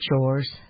chores